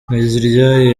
nteziryayo